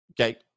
Okay